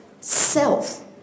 self